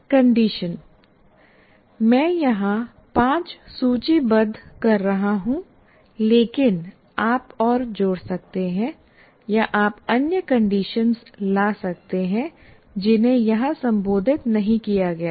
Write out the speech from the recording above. condition मैं यहां 5 सूचीबद्ध कर रहा हूं लेकिन आप और जोड़ सकते हैं या आप अन्य कंडीशन conditions ला सकते हैं जिन्हें यहां संबोधित नहीं किया गया है